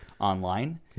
online